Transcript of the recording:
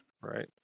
right